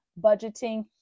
budgeting